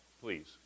please